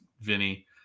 Vinny